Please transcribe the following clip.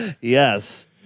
Yes